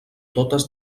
totes